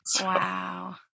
Wow